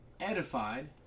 edified